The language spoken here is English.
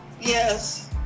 Yes